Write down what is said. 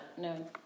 No